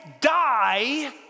die